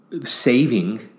saving